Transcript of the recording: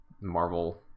marvel